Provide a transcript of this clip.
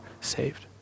saved